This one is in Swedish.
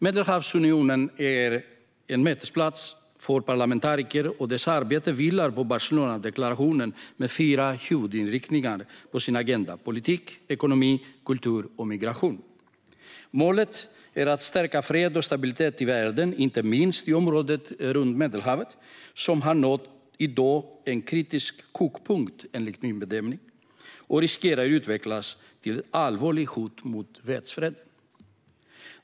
Medelhavsunionen är en mötesplats för parlamentariker. Dess arbete vilar på Barcelonadeklarationen med fyra huvudinriktningar på sin agenda: politik, ekonomi, kultur och migration. Målet är att stärka fred och stabilitet i världen, inte minst i området runt Medelhavet, som enligt min bedömning i dag har nått en kritisk kokpunkt och riskerar att utvecklas till ett allvarligt hot mot världsfreden.